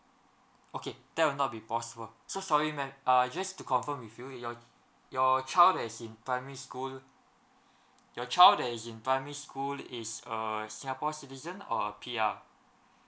okay that will not be possible so sorry ma'am uh just to confirm with you your your child that is in primary school your child that is in primary school is a singapore citizen or a P_R